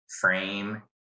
frame